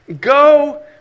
go